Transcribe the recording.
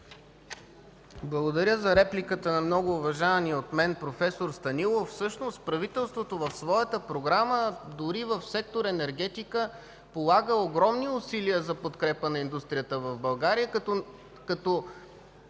Благодаря за репликата на многоуважавания от мен проф. Станилов. Всъщност правителството в своята програма дори в сектор „енергетика“ полага огромни усилия за подкрепа на индустрията в България като